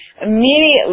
immediately